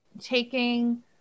taking